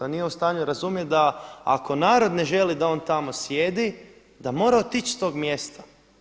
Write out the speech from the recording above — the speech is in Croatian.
On nije u stanju razumjeti da ako narod ne želi da on tamo sjedi da mora otići s tog mjesta.